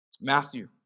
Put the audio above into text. Matthew